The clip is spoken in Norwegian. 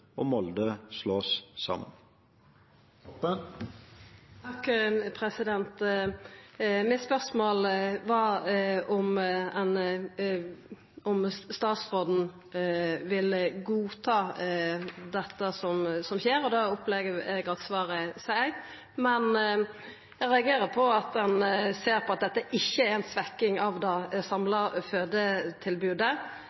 og Molde slås sammen. Mitt spørsmål var om statsråden vil godta dette som skjer, og det opplever eg at svaret seier. Men eg reagerer på at han ser på dette som at det ikkje er ei svekking av det